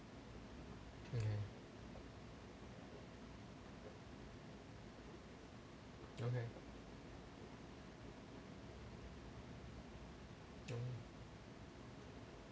okay okay oh